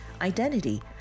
identity